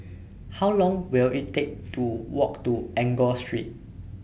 How Long Will IT Take to Walk to Enggor Street